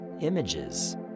images